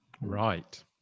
Right